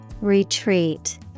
retreat